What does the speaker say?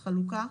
חלוקה,